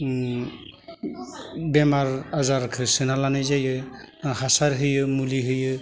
ओम बेमार आजारखो सोना लानाय जायो हासार होयो मुलि होयो